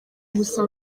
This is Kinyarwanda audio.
gusa